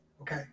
Okay